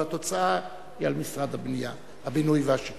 אבל התוצאה היא על משרד הבינוי והשיכון.